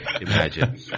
imagine